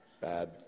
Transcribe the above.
Bad